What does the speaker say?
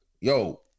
yo